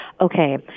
Okay